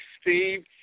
Steve